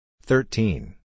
thirteen